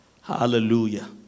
Hallelujah